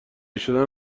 شدن